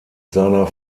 seiner